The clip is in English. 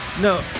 No